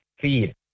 feed